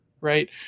right